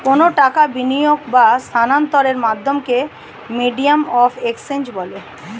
কোনো টাকার বিনিয়োগ বা স্থানান্তরের মাধ্যমকে মিডিয়াম অফ এক্সচেঞ্জ বলে